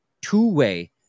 two-way